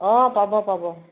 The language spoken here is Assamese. অঁ পাব পাব